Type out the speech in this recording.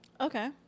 Okay